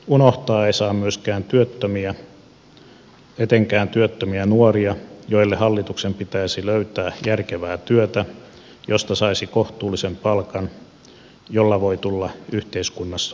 unohtaa ei saa myöskään työttömiä etenkään työttömiä nuoria joille hallituksen pitäisi löytää järkevää työtä josta saisi kohtuullisen palkan jolla voi tulla yhteiskunnassamme toimeen